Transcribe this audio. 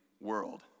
world